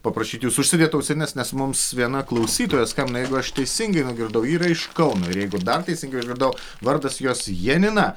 paprašyti jūsų užsidėt ausines nes mums viena klausytoja skambina jeigu aš teisingai nugirdau ji yra iš kauno ir jeigu dar teisingai išgirdau vardas jos janina